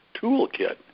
toolkit